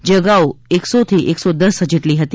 જે અગાઉ સો થી એકસો દશ જેટલી હતી